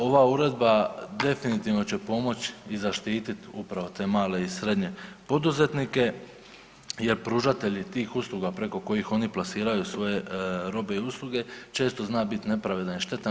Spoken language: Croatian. Ova uredba definitivno će pomoć i zaštitit upravo te male i srednje poduzetnike jer pružatelji tih usluga preko kojih oni plasiraju svoje robe i usluge često zna bit nepravedna i štetna.